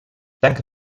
danke